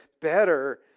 better